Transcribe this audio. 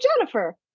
Jennifer